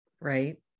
Right